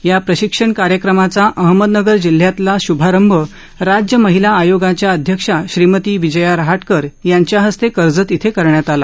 या प्रशिक्षण कार्यक्रमाचाअहमदनगर जिल्ह्यातील शुभारंभ राज्य महिला आयोगाच्या अध्यक्षा श्रीमती विजया रहाटकर यांच्या हस्ते कर्जत येथे करण्यात आला